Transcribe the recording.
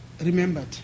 remembered